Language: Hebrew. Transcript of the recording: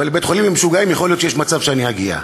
אבל לבית-חולים למשוגעים יכול להיות שיש מצב שאני אגיע.